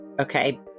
okay